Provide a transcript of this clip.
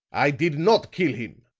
i did not kill him,